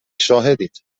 شاهدید